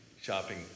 shopping